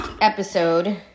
episode